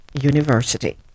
University